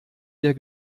der